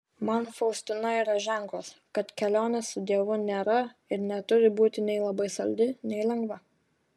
man faustina yra ženklas kad kelionė su dievu nėra ir neturi būti nei labai saldi nei lengva